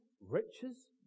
riches